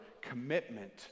commitment